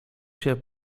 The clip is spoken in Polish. się